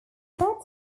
that